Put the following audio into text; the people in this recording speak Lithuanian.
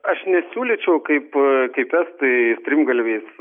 aš nesiūlyčiau kaip kaip estai strimgalviais